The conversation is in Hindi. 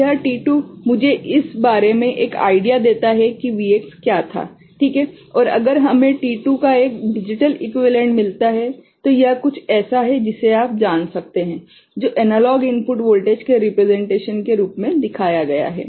तो यह t2 मुझे इस बारे में एक आइडिया देता है कि Vx क्या था ठीक है और अगर हमें t2 का एक डिजिटल इक्वीवेलेंट मिलता है तो यह कुछ ऐसा है जिसे आप जान सकते हैं जो एनालॉग इनपुट वोल्टेज के रिप्रेसेंटेशन के रूप में दिखाया गया है